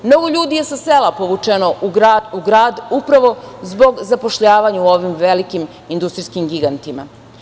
Mnogo ljudi je sa sela povučeno u grad upravo zbog zapošljavanja u ovim velikim industrijskim gigantima.